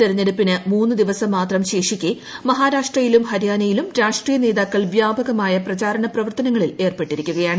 തെരഞ്ഞെടുപ്പിന് മൂന്ന് ദിവസം മാത്രം ശേഷിക്കെ മഹാരാഷ്ട്രയിലും ഹരിയാനയിലും രാഷ്ട്രീയ നേതാക്കൾ വ്യാപകമായ പ്രചാരണ പ്രവർത്തനങ്ങളിൽ ഏർപ്പെട്ടിരിക്കുകയാണ്